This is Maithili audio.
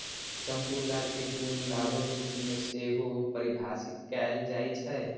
संपूर्ण लाभ कें कुल लाभक रूप मे सेहो परिभाषित कैल जाइ छै